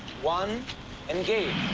one engage.